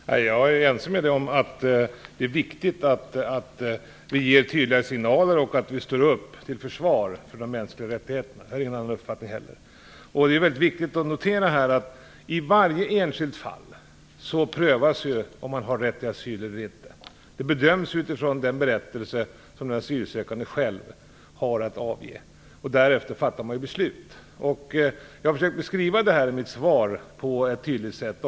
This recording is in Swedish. Fru talman! Jag är ense med Ulla Hoffmann om att det är viktigt att vi ger tydliga signaler och att vi står upp till försvar för de mänskliga rättigheterna. I den frågan har jag ingen annan uppfattning. Det är väldigt viktigt att notera att det i varje enskilt fall prövas om den sökande har rätt till asyl eller inte. Det bedöms utifrån den berättelse som den asylsökande själv har att avge, och därefter fattat man beslut. Jag försökte i mitt svar beskriva det här på ett tydligt sätt.